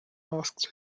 asked